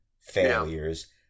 failures